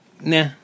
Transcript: nah